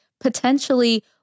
potentially